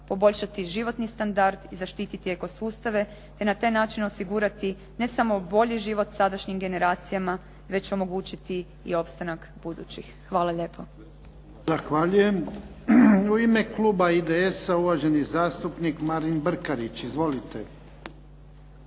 poboljšati životni standard i zaštiti eko sustave te na taj način osigurati ne samo bolji život sadašnjim generacijama, već omogućiti i opstanak budućih. Hvala lijepo. **Jarnjak, Ivan (HDZ)** Zahvaljujem. U ime kluba IDS-a uvaženi zastupnik Marin Brkarić. Izvolite.